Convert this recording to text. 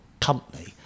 company